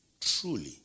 truly